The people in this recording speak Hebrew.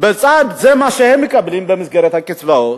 בצד מה שהם מקבלים במסגרת הקצבאות,